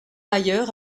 ailleurs